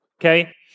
Okay